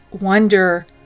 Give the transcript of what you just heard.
wonder